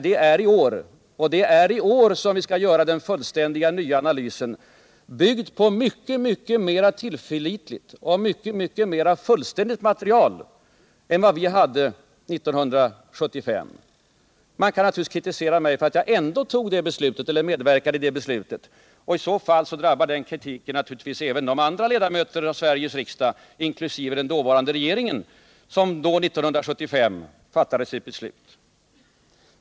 Det är alltså i år vi skall göra den fullständiga nya analysen, byggd på mycket, mycket mera tillförlitligt och mycket, mycket mera fullständigt material än vad vi hade 1975. Man kan naturligtvis kritisera mig för att jag ändå medverkade i det beslutet, och i så fall drabbar den kritiken även de andra ledamöterna av Sveriges riksdag, inkl. den dåvarande regeringen, som år 1975 fattade sitt beslut.